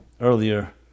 earlier